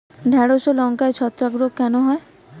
ঢ্যেড়স ও লঙ্কায় ছত্রাক রোগ কেন হয়?